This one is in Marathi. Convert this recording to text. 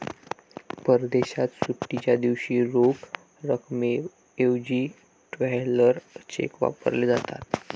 परदेशात सुट्टीच्या दिवशी रोख रकमेऐवजी ट्रॅव्हलर चेक वापरले जातात